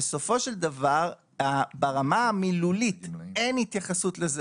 בסופו של דבר ברמה המילולית אין התייחסות לזה